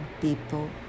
people